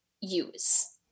use